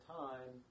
time